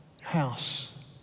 house